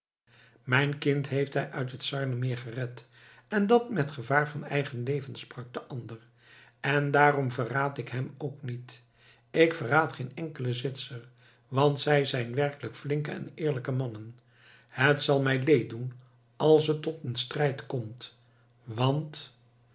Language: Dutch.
mijn kind heeft hij uit het sarnermeer gered en dat met gevaar van zijn eigen leven sprak de ander en daarom verraad ik hem ook niet ik verraad geen enkelen zwitser want zij zijn werkelijk flinke en eerlijke mannen het zal mij leed doen als het tot een strijd komt want